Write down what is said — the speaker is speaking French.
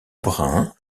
brun